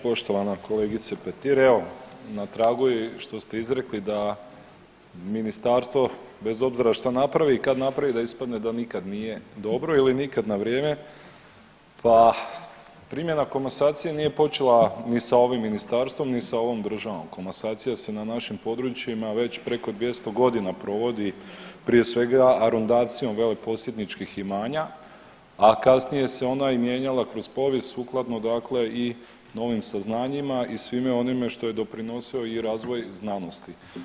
Poštovana kolegice Petir, evo na tragu je što ste izrekli da ministarstvo bez obzira šta napravi i kad napravi da ispadne da nikad nije dobro ili nikad na vrijeme, pa primjena komasacije nije počela ni sa ovim ministarstvom, ni sa ovom državom, komasacija se na našim područjima već preko 200.g. provodi prije svega arundancijom veleposjedničkih imanja, a kasnije se ona i mijenjala kroz povijest sukladno dakle i novim saznanjima i svime onime što je doprinosio i razvoj znanosti.